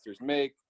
make